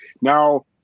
Now